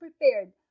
prepared